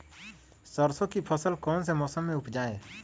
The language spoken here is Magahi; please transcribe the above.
सरसों की फसल कौन से मौसम में उपजाए?